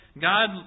God